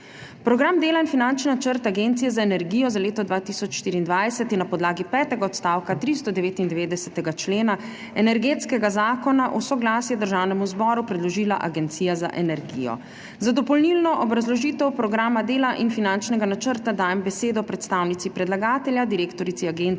Program dela in finančni načrt Agencije za energijo za leto 2024 je na podlagi petega odstavka 399. člena Energetskega zakona v soglasje Državnemu zboru predložila Agencija za energijo. Za dopolnilno obrazložitev Programa dela in finančnega načrta dajem besedo predstavnici predlagatelja, direktorici Agencije za energijo